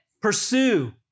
Pursue